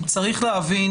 צריך להבין,